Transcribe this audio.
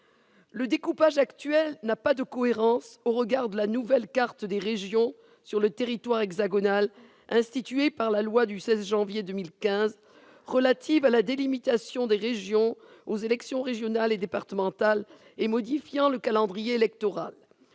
Le découpage actuel n'a pas de cohérence au regard de la nouvelle carte des régions sur le territoire hexagonal instituée par la loi du 16 janvier 2015 relative à la délimitation des régions, aux élections régionales et départementales et modifiant le calendrier électoral.